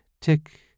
tick